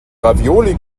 ravioli